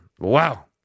Wow